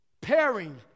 Pairing